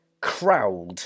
crowd